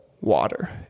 water